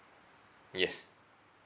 yes